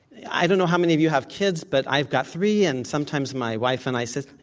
i don't know how many of you have kids, but i've got three, and sometimes my wife and i say